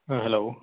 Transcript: hello